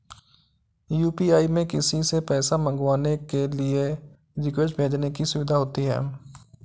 UPI में किसी से पैसा मंगवाने के लिए रिक्वेस्ट भेजने की सुविधा होती है